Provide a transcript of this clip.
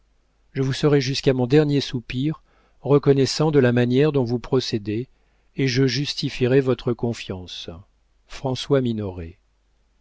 je vous serai jusqu'à mon dernier soupir reconnaissant de la manière dont vous procédez et je justifierai votre confiance françois